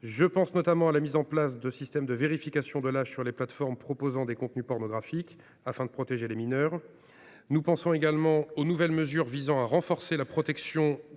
figurait notamment la mise en place de systèmes de vérification de l’âge sur les plateformes proposant des contenus pornographiques, afin de protéger les mineurs. Nous pensons également aux nouvelles mesures visant à renforcer la protection de nos